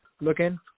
looking